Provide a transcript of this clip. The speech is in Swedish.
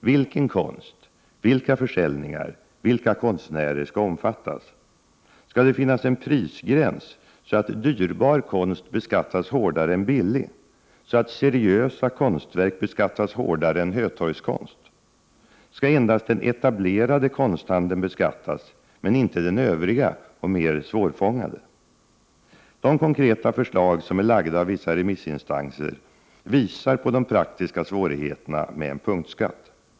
Vilken konst, vilka försäljningar, vilka konstnärer skall omfattas? Skall det finnas en prisgräns så att dyrbar konst beskattas hårdare än billig? Skall seriösa konstverk beskattas hårdare än hötorgskonst? Skall endast den etablerade konsthandeln beskattas, men inte den övriga och mer svårfångade? De konkreta förslag som är framlagda av vissa remissinstanser visar på de praktiska svårigheterna med en punktskatt.